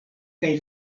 kaj